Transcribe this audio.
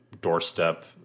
doorstep